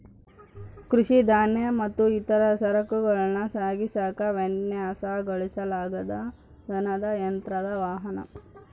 ಕೃಷಿ ಧಾನ್ಯ ಮತ್ತು ಇತರ ಸರಕುಗಳನ್ನ ಸಾಗಿಸಾಕ ವಿನ್ಯಾಸಗೊಳಿಸಲಾದ ದನದ ಯಂತ್ರದ ವಾಹನ